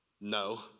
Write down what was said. No